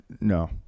no